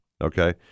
Okay